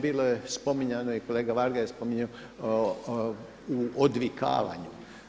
Bilo je spominjano i kolega Varga je spominjao u odvikavanju.